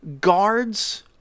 guards